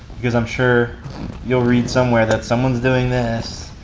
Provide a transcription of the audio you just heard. because, i'm sure you'll read somewhere that someone's doing this,